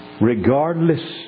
Regardless